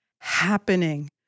happening